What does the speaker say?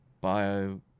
bio